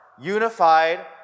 unified